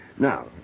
Now